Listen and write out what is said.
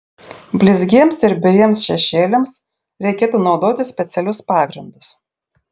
blizgiems ir biriems šešėliams reikėtų naudoti specialius pagrindus